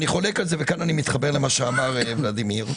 וכאן אני מתחבר אל מה שאמר ולדימיר.